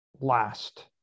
last